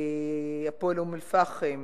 "הפועל אום-אל-פחם",